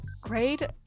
grade